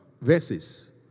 verses